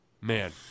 Man